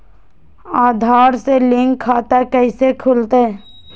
आधार से लिंक खाता कैसे खुलते?